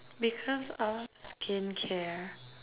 because of skin care